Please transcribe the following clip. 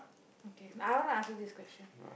okay I wanna ask you this question